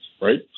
right